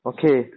Okay